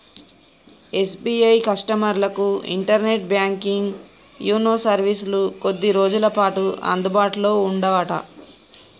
SBI కస్టమర్లకు internet banking YONO సర్వీసులు కొద్ది రోజులపాటు అందుబాటులో ఉండవట